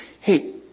Hey